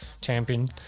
Champion